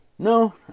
No